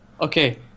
okay